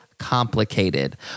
complicated